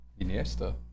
Iniesta